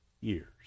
years